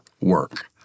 work